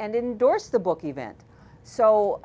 and indorse the book event so